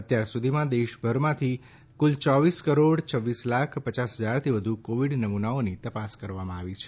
અત્યાર સુધીમાં દેશભરમાંથી કુલ ચોવીસ કરોડ છવ્વીસ લાખ પયાસ હજારથી વધુ કોવિડ નમુનાઓની તપાસ કરવામાં આવી છે